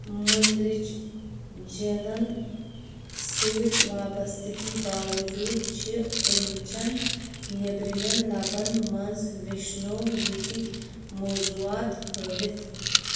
منٛدرٕچ جینن سۭتۍ وابستگی باوجوٗد چھِ اَمہِ چٮ۪ن نیٔبرِمٮ۪ن لبن منٛز وشنویتٕكۍ موضوٗعات ہٲوِتھ